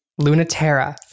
Lunaterra